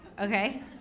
Okay